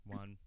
one